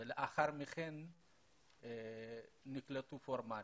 ולאחר מכן נקלטו פורמלית.